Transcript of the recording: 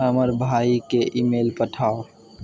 हमर भाइकेँ ईमेल पठाउ